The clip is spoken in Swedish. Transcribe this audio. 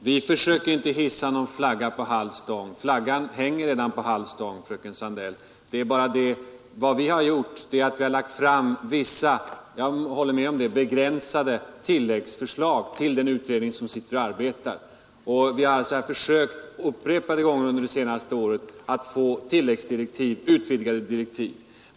Herr talman! Vi försöker inte hissa någon flagga på halv stång. Flaggan hänger redan på halv stång, fröken Sandell. Vad vi har gjort är bara att vi har lagt fram vissa — det håller jag med om — begränsade tilläggsförslag till den utredning som arbetar. Vi har upprepade gånger under de senaste åren försökt få tilläggsdirektiv — utvidgade direktiv.